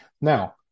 Now